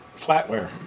flatware